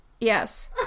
Yes